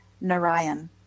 Narayan